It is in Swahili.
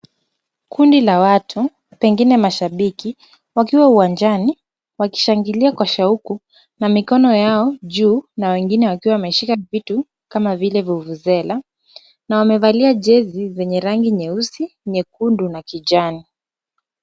Kundi la watu pengine mashabiki, wakiwa uwanjani wakishangilia kwa shauku na mikono yao juu na wengine wakiwa wameshika vitu kama vile vuvuzela na wamevalia jezi zenye rangi nyeusi, nyekundu na kijani.